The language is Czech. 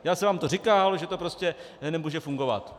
Já jsem vám to říkal, že to prostě nemůže fungovat.